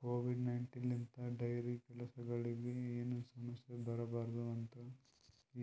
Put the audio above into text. Covid nineteen ಲಿಂತ್ dairy ಕೆಲಸಗೊಳಿಗ್ ಏನು ಸಮಸ್ಯ ಬರಬಾರದು ಅಂತ್